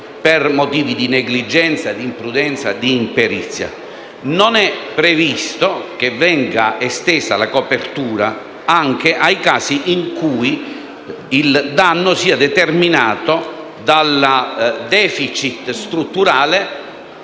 per motivi di negligenza, di imprudenza e imperizia. Non è previsto che venga estesa la copertura anche ai casi in cui il danno sia determinato dal *deficit* strutturale